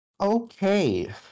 okay